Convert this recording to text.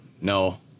No